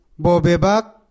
Bobebak